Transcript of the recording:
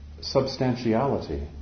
substantiality